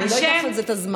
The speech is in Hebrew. אני לא אקח לך על זה את הזמן.